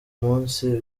munsi